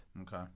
Okay